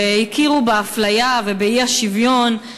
והכירו באפליה ובאי-שוויון.